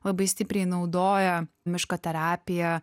labai stipriai naudoja miško terapiją